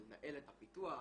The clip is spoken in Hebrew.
לנהל את הפיתוח,